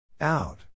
Out